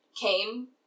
came